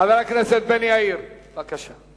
חבר הכנסת מיכאל בן-ארי, בבקשה.